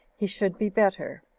he should be better,